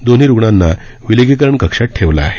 दोन्ही रुग्णांना विलगीकरण कक्षात ठेवलं आहे